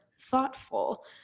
thoughtful